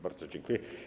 Bardzo dziękuję.